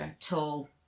Tall